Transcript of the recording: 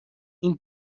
این